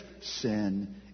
sin